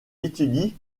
étudie